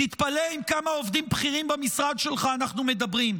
תתפלא עם כמה עובדים בכירים במשרד שלך אנחנו מדברים.